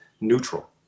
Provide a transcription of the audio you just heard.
neutral